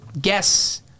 guess